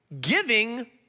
giving